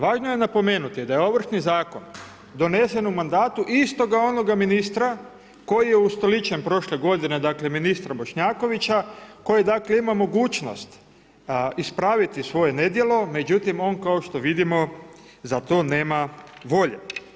Važno je napomenuti da je Ovršni zakon donesen u mandatu istoga onoga ministra koji je ustoličen prošle godine, dakle ministra Bošnjakovića, koji dakle ima mogućnost ispraviti svoje nedjelo međutim on kao što vidimo za to nema volje.